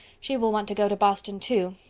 she will want to go to boston too,